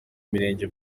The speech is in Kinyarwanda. mirenge